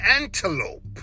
antelope